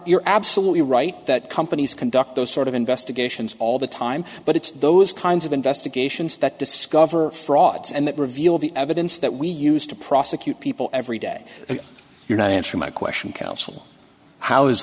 absolutely right that companies conduct those sort of investigations all the time but it's those kinds of investigations that discover frauds and that reveal the evidence that we used to prosecute people every day you're not answering my question counsel how is